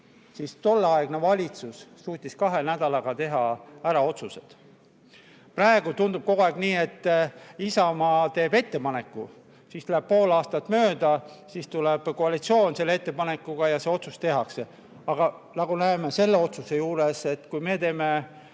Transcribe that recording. suutis tolleaegne valitsus kahe nädalaga teha ära otsused. Praegu tundub kogu aeg nii, et Isamaa teeb ettepaneku, siis läheb pool aastat mööda, siis tuleb koalitsioon selle ettepanekuga ja see otsus tehakse. Aga nagu me näeme selle otsuse juures, kui me tegime